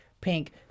pink